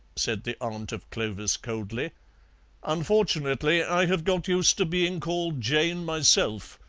said the aunt of clovis coldly unfortunately i have got used to being called jane myself.